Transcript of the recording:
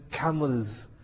camels